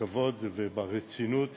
בכבוד וברצינות